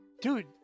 Dude